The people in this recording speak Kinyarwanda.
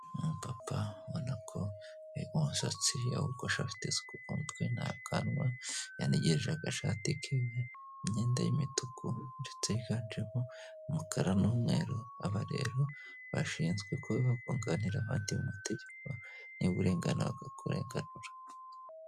Umu papa ubonako umusatsi yawugoshe afite ku umutwe ntakanwa yanigirije agashati ke imyenda y'imituku ndetse yiganjemo umukara n'umweru, aba rero bashinzwe kuba bakunganira abandi mu mategeko n'uburenga baka kurenganura.